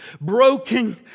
broken